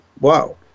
Wow